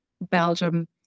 Belgium